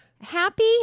happy